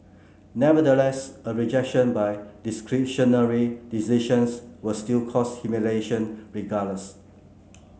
nevertheless a rejection by discretionary decisions will still cause humiliation regardless